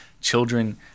children